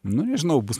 nu nežinau bus